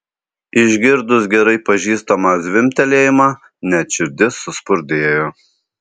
išgirdus gerai pažįstamą zvimbtelėjimą net širdis suspurdėjo